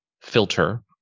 filter